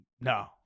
no